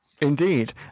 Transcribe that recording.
Indeed